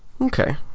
Okay